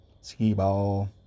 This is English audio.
skee-ball